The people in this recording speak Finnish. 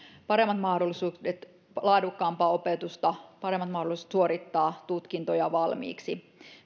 paremmat mahdollisuudet laadukkaampaa opetusta paremmat mahdollisuudet suorittaa tutkintoja valmiiksi